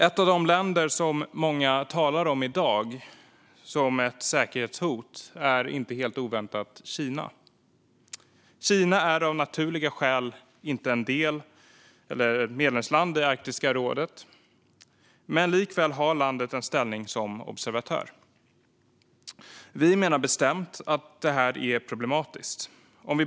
Ett av de länder som många i dag talar om som ett säkerhetshot är, inte helt oväntat, Kina. Kina är av naturliga skäl inte ett medlemsland i Arktiska rådet, men likväl har landet en ställning som observatör. Vi menar bestämt att detta är problematiskt.